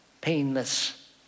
painless